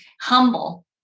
humble